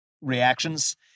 reactions